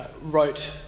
wrote